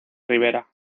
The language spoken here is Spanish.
rivera